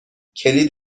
کلید